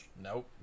nope